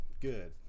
Good